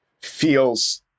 feels